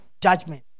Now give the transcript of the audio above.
judgment